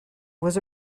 was